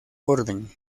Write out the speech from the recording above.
orden